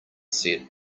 set